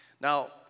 Now